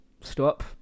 stop